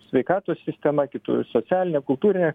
sveikatos sistema kitų socialinė kultūra